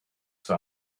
for